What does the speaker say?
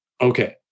okay